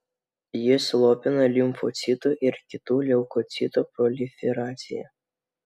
jis slopina limfocitų ir kitų leukocitų proliferaciją